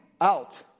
out